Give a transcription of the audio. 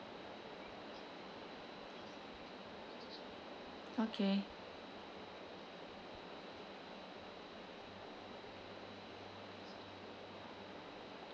okay